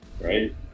right